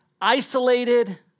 isolated